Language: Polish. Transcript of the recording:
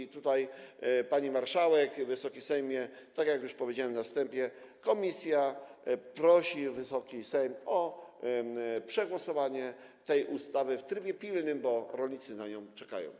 I tutaj, pani marszałek, Wysoki Sejmie, tak jak już powiedziałem na wstępie, komisja prosi Wysoki Sejm o przegłosowanie tej ustawy w trybie pilnym, bo rolnicy na nią czekają.